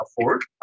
afford